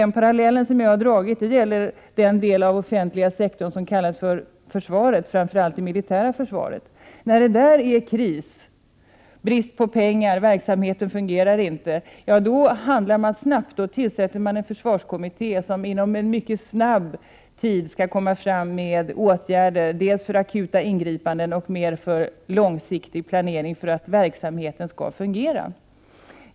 Den parallell som jag har dragit gäller den del av den offentliga sektorn som kallas för försvaret, framför allt det militära försvaret. När det där är kris, brist på pengar och bristfälligt fungerande verksamhet, då handlar man snabbt och tillsätter en försvarskommitté som inom en mycket kort tid måste komma med åtgärder dels för akuta ingripanden, dels för långsiktig planering för att verksamheten skall fungera.